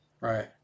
Right